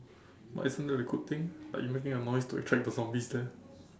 but isn't that a good thing like you making noise to attract the zombies there